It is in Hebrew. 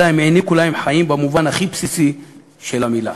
אלא הם העניקו להם חיים במובן הכי בסיסי של המילה.